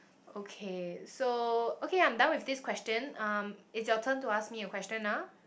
okay so okay I'm done with this question um it's your turn to ask me a question ah